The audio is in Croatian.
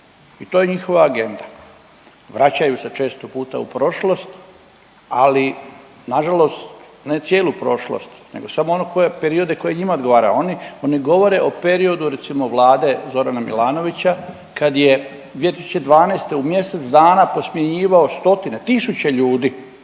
i to je njihova agenda. Vraćaju se često puta u prošlost, ali nažalost ne cijelu prošlost, nego samo na one periode koji njima odgovaraju, oni, oni govore o periodu recimo Vlade Zorana Milanovića kad je 2012. u mjesec dana posmjenjivao stotine tisuća ljudi,